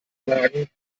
wagen